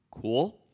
cool